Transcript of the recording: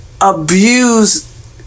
abuse